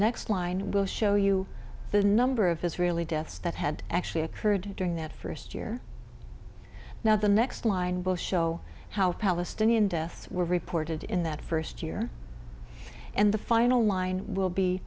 next line will show you the number of israeli deaths that had actually occurred during that first year now the next line both show how palestinian deaths were reported in that first year and the final line will be